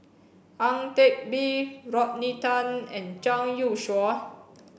Ang Teck Bee Rodney Tan and Zhang Youshuo